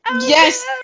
yes